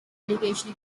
education